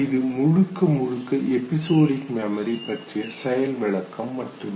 இது முழுக்க முழுக்க எபிசோடிக் மெமரி பற்றிய செயல் விளக்கம் மட்டுமே